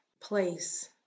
place